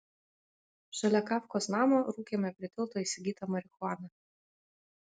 šalia kafkos namo rūkėme prie tilto įsigytą marihuaną